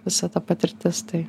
visa ta patirtis tai